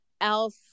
else